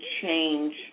change